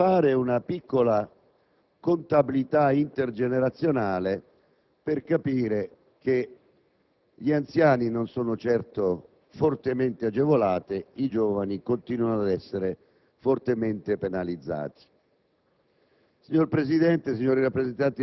Basta fare una piccola contabilità intergenerazionale per capire che gli anziani non sono certo fortemente agevolati e i giovani continuano ad essere fortemente penalizzati.